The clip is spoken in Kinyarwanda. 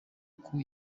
uku